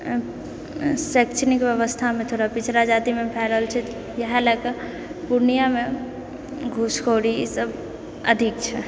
शैक्षणिक व्यवस्थामे थोड़ा पिछड़ा जातिमे भए रहल छै इएह लए कऽ पूर्णियामे घुँसखोरी ई सभ अधिक छै